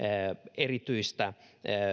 erityistä